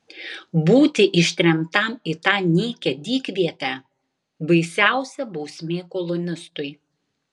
būti ištremtam į tą nykią dykvietę baisiausia bausmė kolonistui